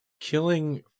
killing